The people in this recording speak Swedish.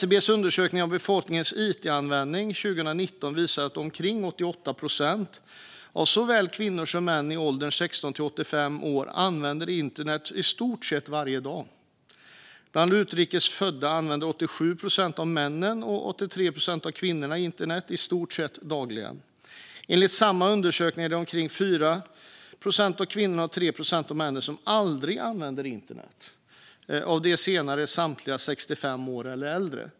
SCB:s undersökning av befolkningens it-användning 2019 visade att omkring 88 procent av såväl kvinnor som män i åldern 16-85 år använder internet i stort sett varje dag. Bland utrikes födda använde 87 procent av männen och 83 procent av kvinnorna internet i stort sett dagligen. Enligt samma undersökning är det omkring 4 procent av kvinnorna och 3 procent av männen som aldrig använder internet. Av de senare är samtliga 65 år eller äldre.